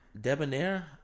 Debonair